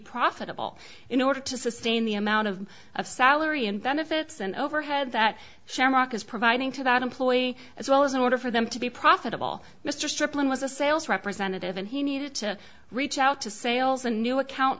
profitable in order to sustain the amount of of salary and benefits and overhead that shamrock is providing to that employee as well as in order for them to be profitable mr stripling was a sales representative and he needed to reach out to sales and new account